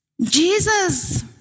Jesus